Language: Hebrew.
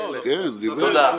כן, הוא דיבר.